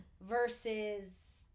versus